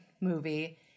movie